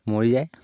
মৰি যায়